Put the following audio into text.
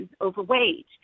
overweight